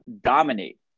dominate